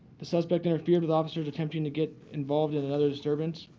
the suspect interfered with officers attempting to get involved in another disturbance.